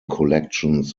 collections